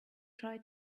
try